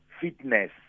fitness